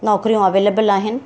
नौकरियूं अवेलिबल आहिनि